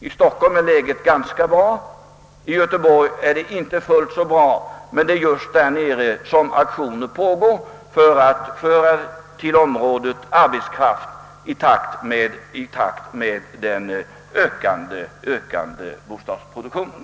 I Stockholm är läget ganska bra; i Göteborg är det inte fullt så bra, men det är just där som aktionen pågår för att till området överföra arbetskraft i takt med den ökande bostadsproduktionen.